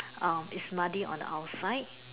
um it's muddy on the outside